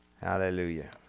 Hallelujah